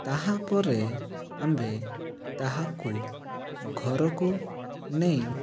ତାହାପରେ ଆମ୍ଭେ ତାହାକୁ ଘରକୁ ନେଇ